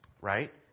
right